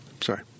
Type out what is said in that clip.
Sorry